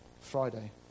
Friday